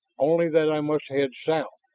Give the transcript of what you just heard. only that i must head south,